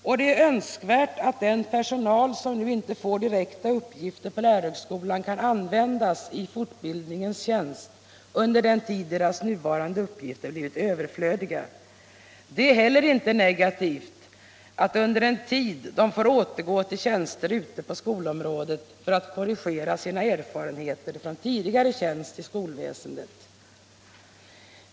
Det är därför önskvärt att den personal som nu inte får direkta uppgifter på högskolan kan användas i fortbildningens tjänst under den tid då de inte kan få ägna sig åt sina ordinarie uppgifter. Det är heller inte något negativt att de under en tid återgår till tjänster ute på skolområdet för att korrigera sina erfarenheter från tidigare tjänst i skolväsendet.